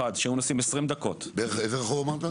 אבל ילדים של החינוך המיוחד שהיו נוסעים 20 דקות -- איזה רחוב אמרת?